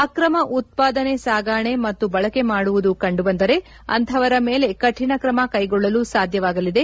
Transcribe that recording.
ಅಕ್ರಮ ಉತ್ಪಾದನೆ ಸಾಗಾಣೆ ಮತ್ತು ಬಳಕೆ ಮಾಡುವುದು ಕಂಡುಬಂದರೆ ಅಂಥವರ ಮೇಲೆ ಕಠಿಣ ಕ್ರಮ ಕೈಗೊಳ್ಳಲು ಸಾಧ್ಯವಾಗಲಿದೆ